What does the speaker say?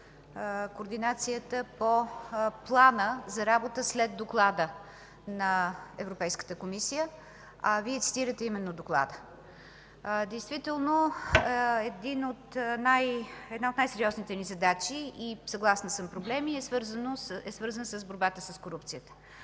координацията по плана за работа след Доклада на Европейската комисия, а Вие цитирате именно Доклада. Действително, една от най-сериозните ни задачи и, съгласна съм – проблеми, е свързана с борбата с корупцията.